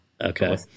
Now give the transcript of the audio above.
Okay